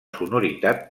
sonoritat